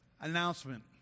Announcement